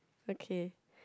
okay